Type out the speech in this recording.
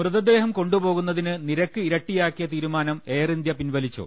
മൃതദേഹം കൊണ്ടുപോകുന്നതിന് നിരക്ക് ഇരട്ടിയാക്കിയ തീരുമാനം എയർഇന്ത്യ പിൻവലിച്ചു